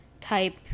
type